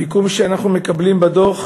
המיקום שאנחנו מקבלים בדוח